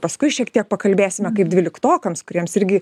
paskui šiek tiek pakalbėsime kaip dvyliktokams kuriems irgi